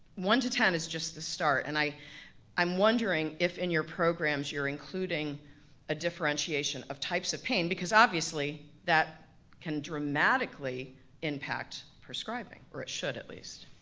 one to ten is just the start, and i'm wondering if in your programs you're including a differentiation of types of pain because obviously, that can dramatically impact prescribing. or it should, at least.